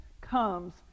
comes